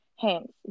Hence